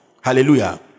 Hallelujah